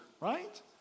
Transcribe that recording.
right